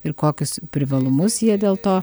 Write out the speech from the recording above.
ir kokius privalumus jie dėl to